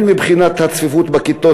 הן מבחינת הצפיפות בכיתות,